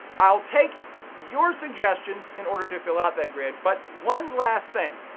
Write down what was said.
i'll take your suggestions in order to fill out that grid, but one last thing.